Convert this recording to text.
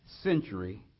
century